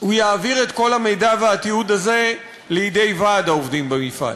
הוא יעביר את כל המידע והתיעוד הזה לידי ועד העובדים במפעל.